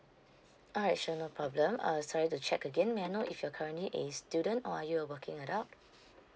alright sure no problem uh sorry to check again may I know if you're currently a student or are you a working adult